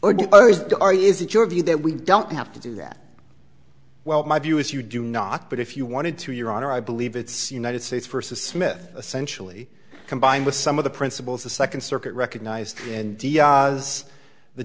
are is it your view that we don't have to do that well my view is you do not but if you wanted to your honor i believe it's united states versus smith essentially combined with some of the principles the second circuit recognized and